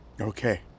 Okay